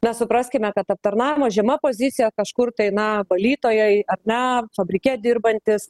na supraskime kad aptarnavimo žema pozicija kažkur tai na valytojai ar ne fabrike dirbantys